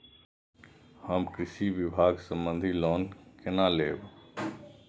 हम कृषि विभाग संबंधी लोन केना लैब?